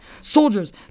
Soldiers